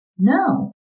No